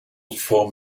from